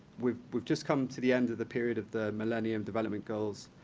we've we've just come to the end of the period of the millennium development goals,